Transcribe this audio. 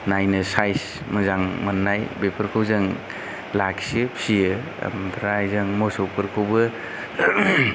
नायनो सायस मोजां मोननाय बेफोरखौ जों लाखियो फियो ओमफ्राय जों मोसौफोरखौबो